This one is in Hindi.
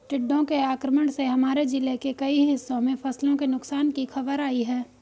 टिड्डों के आक्रमण से हमारे जिले के कई हिस्सों में फसलों के नुकसान की खबर आई है